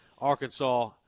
Arkansas